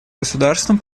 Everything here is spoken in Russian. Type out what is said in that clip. государством